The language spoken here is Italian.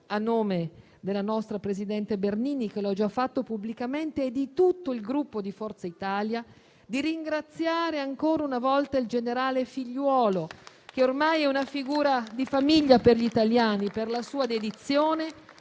grazie a tutti